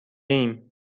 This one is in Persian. ایم